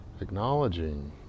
acknowledging